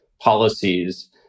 policies